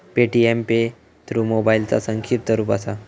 Paytm pay through मोबाईलचा संक्षिप्त रूप असा